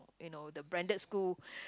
you know the branded school